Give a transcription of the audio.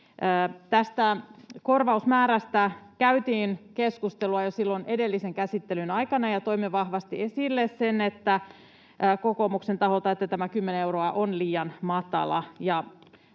Tästä korvausmäärästä käytiin keskustelua jo edellisen käsittelyn aikana, ja toimme kokoomuksen taholta vahvasti esille sen, että tämä 10 euroa on liian matala,